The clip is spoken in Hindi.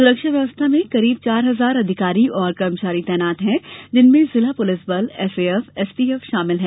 सुरक्षा व्यवस्था में करीब चार हजार अधिकारी और कर्मचारी तैनात हैं जिनमें जिला पुलिस बल एसएएफ एसटीएफ शामिल हैं